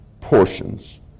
portions